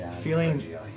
Feeling